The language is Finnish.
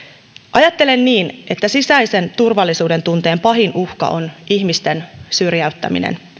ajattelen niin että sisäisen turvallisuudentunteen pahin uhka on ihmisten syrjäyttäminen